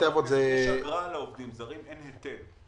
יש אגרה לעובדים זרים, אין היטל.